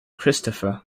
christopher